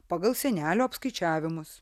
pagal senelio apskaičiavimus